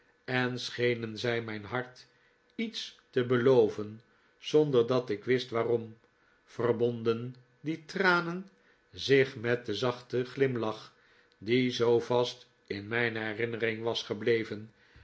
en schenen zij mijn hart iets te beloven zonder dat ik wist waarom verbonden die tranen zich met den zachten glimlach die zoo vast in mijn herinnering was gebleven